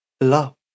love